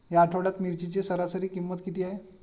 या आठवड्यात मिरचीची सरासरी किंमत किती आहे?